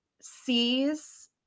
sees